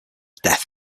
death